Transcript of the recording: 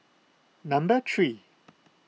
number three